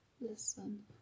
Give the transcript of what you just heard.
Listen